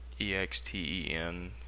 EXTEN